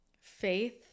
faith